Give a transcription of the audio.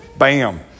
Bam